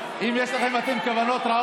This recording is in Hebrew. שצריך לשלב אותו בתוך החברה.